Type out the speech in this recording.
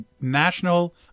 National